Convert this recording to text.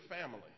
family